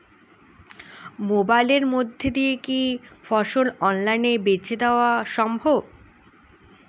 মোবাইলের মইধ্যে দিয়া কি ফসল অনলাইনে বেঁচে দেওয়া সম্ভব?